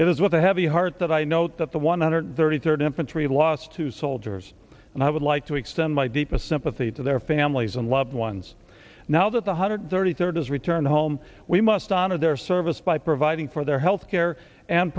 a heavy heart that i know that the one hundred thirty third infantry lost two soldiers and i would like to extend my deepest sympathy to their families and loved ones now that the hundred thirty third is return home we must honor their service by providing for their health care and